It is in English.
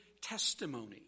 Testimony